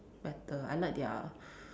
better I like their